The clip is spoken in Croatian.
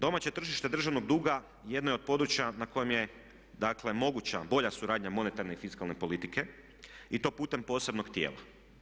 Domaće tržište državnog duga jedno je od područja na kojem je dakle moguća bolja suradnja monetarne i fiskalne politike i to putem posebnog tijela.